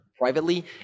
Privately